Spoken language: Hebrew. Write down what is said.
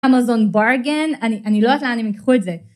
אמזון ברגן אני לא יודעת לאן הם יקחו את זה.